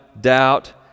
doubt